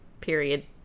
period